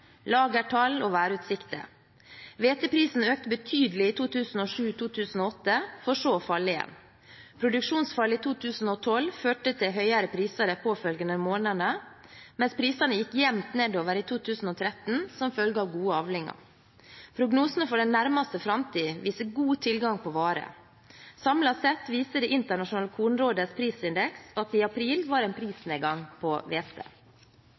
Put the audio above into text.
og værutsikter. Hveteprisen økte betydelig i 2007–2008, for så å falle igjen. Produksjonsfallet i 2012 førte til høyere priser de påfølgende månedene, mens prisene gikk jevnt nedover i 2013 som følge av gode avlinger. Prognosene for den nærmeste framtid viser god tilgang på vare. Samlet sett viser det internasjonale kornrådets prisindeks at det i april var en prisnedgang på